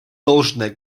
должное